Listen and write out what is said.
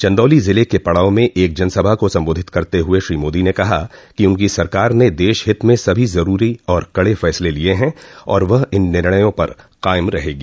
चंदौली ज़िले के पड़ाव में एक जनसभा को संबोधित करते हुए श्री मोदी ने कहा कि उनकी सरकार ने देश हित में सभी ज़रूरी और कड़े फैसले लिए हैं और वह इन निर्णयों पर कायम रहेगी